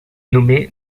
nommé